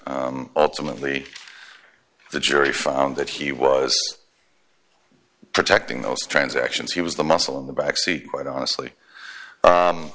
ultimately the jury found that he was protecting those transactions he was the muscle in the back seat quite honestly